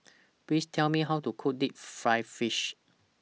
Please Tell Me How to Cook Deep Fried Fish